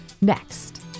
Next